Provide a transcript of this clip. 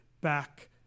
back